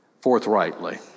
forthrightly